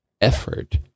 effort